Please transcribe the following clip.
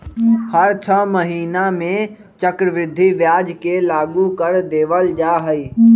हर छ महीना में चक्रवृद्धि ब्याज के लागू कर देवल जा हई